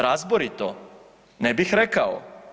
Razborito, ne bih rekao.